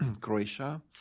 Croatia